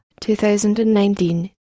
2019